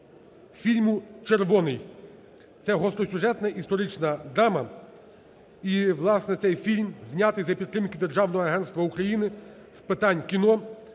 фільму "Червоний". Це гостросюжетна історична драма. І власне цей фільм зняти за підтримки Державного агентства України з питань кіно.